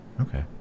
Okay